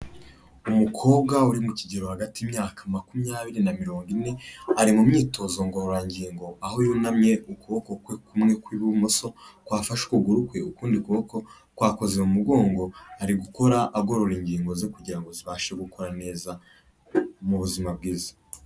Umukobwa uri mu kigero hagati y'imyaka makumyabiri na mirongo ine, ari mu myitozo ngororangingo aho yunamye ukuboko kwe kumwe kw'ibumoso kwafashe ukuguru kwe, ukundi kuboko kwakoze mu mugongo, ari gukora agorora ingingo ze kugira ngo zibashe gukora neza mu buzima bwiza.